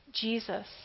Jesus